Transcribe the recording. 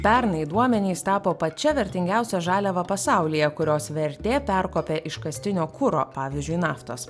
pernai duomenys tapo pačia vertingiausia žaliava pasaulyje kurios vertė perkopė iškastinio kuro pavyzdžiui naftos